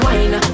Wine